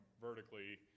vertically